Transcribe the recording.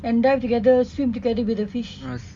and dive together swim together with the fish